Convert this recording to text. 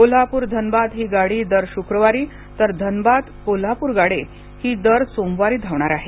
कोल्हापूर धनबाद हे गाडी दर शुक्रवारी तर धनबाद कोल्हापुर गाडी दर सोमवारी धावणार आहे